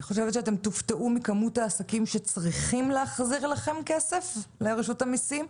אני חושבת שאתם תופתעו מכמות העסקים שצריכים להחזיר לכם לרשות המיסים,